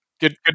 Good